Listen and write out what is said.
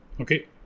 okay